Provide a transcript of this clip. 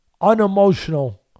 unemotional